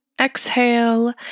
exhale